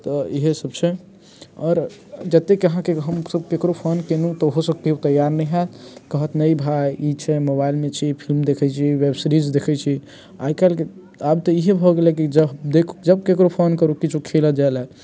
तऽ इहे सभ छै आओर जतेक अहाँके हमसभ केकरो फोन कयलहुँ तऽ ओहो सभ केओ तैआर नहि होयत कहत नहि भाइ ई छै मोबाइलमे छी फिल्म देखैत छी वेब सीरिज देखैत छी आइ काल्हिके आब तऽ इहे भऽ गेलै कि जब देख जब केकरो फोन करू किछु खेलऽ जाइ ले